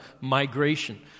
migration